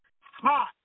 hot